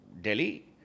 Delhi